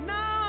Now